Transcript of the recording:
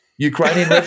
Ukrainian